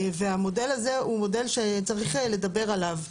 והמודל הזה הוא מודל שצריך לדבר עליו,